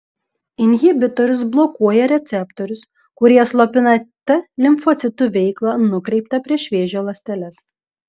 inhibitorius blokuoja receptorius kurie slopina t limfocitų veiklą nukreiptą prieš vėžio ląsteles